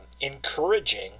encouraging